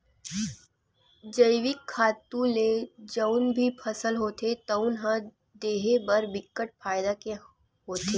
जइविक खातू ले जउन भी फसल होथे तउन ह देहे बर बिकट फायदा के होथे